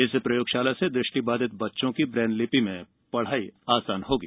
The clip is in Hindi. इस प्रयोगशाला से दृष्टिबाधित बच्चों की ब्रेनलिपि में पढ़ाई आसान होगी